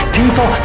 people